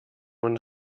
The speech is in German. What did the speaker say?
und